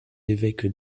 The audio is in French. évêques